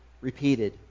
Repeated